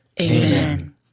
Amen